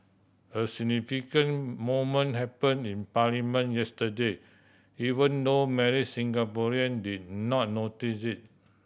a significant moment happen in parliament yesterday even though many Singaporean did not notice it